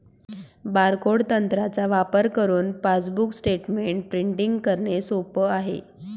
barcode तंत्राचा वापर करुन पासबुक स्टेटमेंट प्रिंटिंग करणे सोप आहे